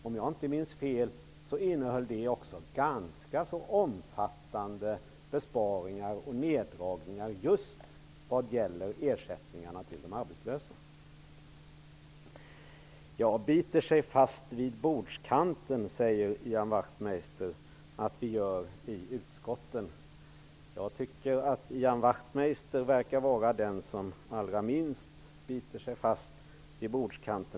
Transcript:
Om jag inte minns fel innehöll det också ganska så omfattande besparingar och neddragningar just vad gäller ersättningarna till de arbetslösa. Ian Wachtmeister säger att vi biter oss fast i bordskanten i utskotten. Jag tycker att Ian Wachtmeister är den som allra minst biter sig fast i bordskanten.